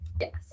Yes